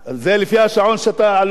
זה לפי השעון שאתה לא עשית.